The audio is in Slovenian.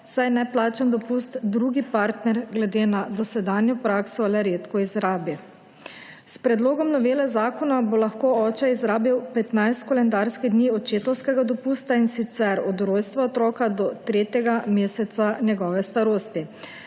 saj neplačan dopust drugi partner glede na dosedanjo prakso le redko izrabi. S predlogom novele zakona bo lahko oče izrabil petnajst koledarskih dni očetovskega dopusta in sicer od rojstva otroka do tretjega meseca njegove starosti.